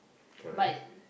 correct